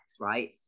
right